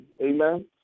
amen